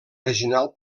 regional